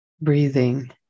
breathing